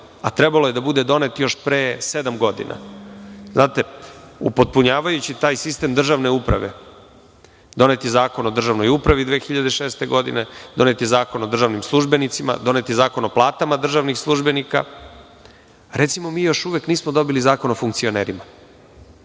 a trebalo je da bude donet još pre sedam godina. Upotpunjavajući taj sistem državne uprave donet je Zakon o državnoj upravi 2006. godine, donet je Zakon o državnim službenicima, donet je Zakon o platama državnih službenika, a recimo još uvek nismo dobili zakon o funkcionerima.